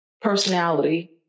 personality